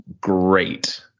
great